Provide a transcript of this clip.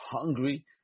hungry